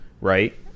right